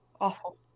Awful